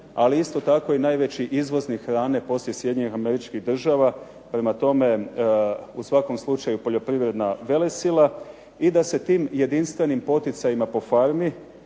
ali isto tako i najveći izvoznik hrane poslije Sjedinjenih Američkih Država, prema tome u svakom slučaju poljoprivredna velesila, i da se tim jedinstvenim poticajima po farmi